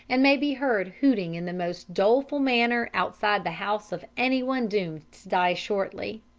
and may be heard hooting in the most doleful manner outside the house of anyone doomed to die shortly.